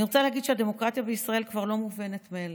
אני רוצה להגיד שהדמוקרטיה בישראל כבר לא מובנת מאליה.